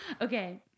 Okay